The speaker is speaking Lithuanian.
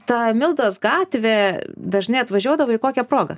ta mildos gatvė dažnai atvažiuodavai kokia proga